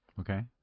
Okay